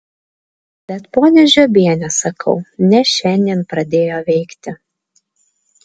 bet ponia žiobiene sakau ne šiandien pradėjo veikti